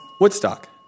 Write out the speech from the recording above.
Woodstock